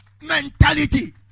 Mentality